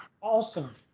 awesome